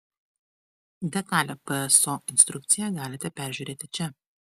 detalią pso instrukciją galite pažiūrėti čia